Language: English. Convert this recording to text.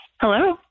Hello